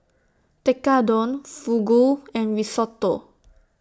Tekkadon Fugu and Risotto